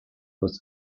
was